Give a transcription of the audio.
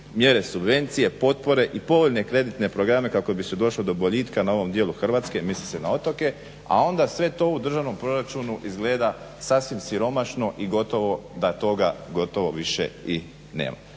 mjere subvencije, potpore i povoljne kreditne programe kako bi se došlo do boljitka na ovom dijelu Hrvatske, misli se na otoke, a onda sve to u državnom proračunu izgleda sasvim siromašno i gotovo da toga više i nema.